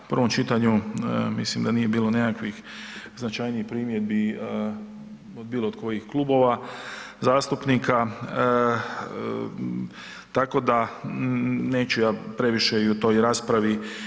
U prvom čitanju mislim da nije bilo nekakvih značajnijih primjedbi od bilo kojih klubova zastupnika tako da neću ja previše i o toj raspravi.